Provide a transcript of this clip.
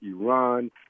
Iran